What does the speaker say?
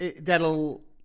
that'll